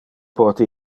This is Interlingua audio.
pote